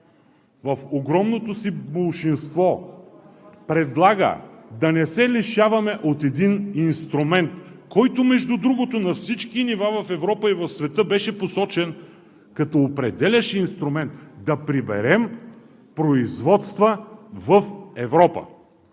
в огромното си болшинство предлага да не се лишаваме от един инструмент, който, между другото, на всички нива в Европа и в света беше посочен като определящ инструмент – да приберем производства в Европа.